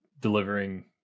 delivering